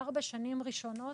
ארבע שנים ראשונות,